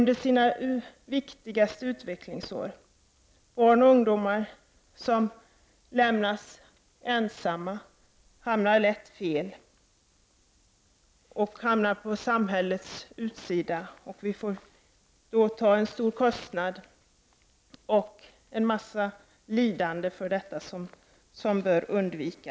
Det går lätt snett för barn och ungdomar som lämnats ensamma under sina viktigaste utvecklingsår, och de hamnar ofta på samhällets utsida. Detta förorsakar stora kostnader och mycket lidande, som vi bör försöka undvika.